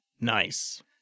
Nice